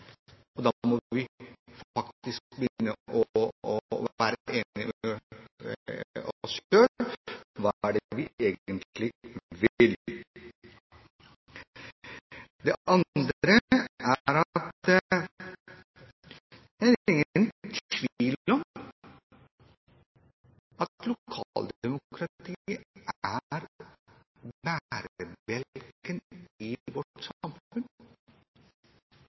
Da må vi faktisk begynne med å være enige med oss selv om hva vi egentlig vil. Det andre er at det er ingen tvil om at lokaldemokratiet er bærebjelken i vårt samfunn,